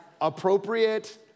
appropriate